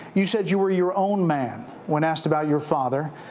you said you were your own man when asked about your father,